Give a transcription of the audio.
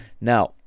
Now